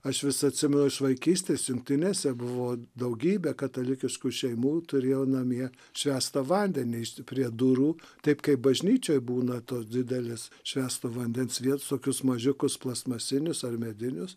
aš vis atsimenu iš vaikystės jungtinėse buvo daugybė katalikiškų šeimų turėjo namie švęstą vandenį nešti prie durų taip kaip bažnyčioj būna tos didelis švęsto vandens vietos tokius mažiukus plastmasinius ar medinius